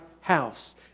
house